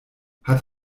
hat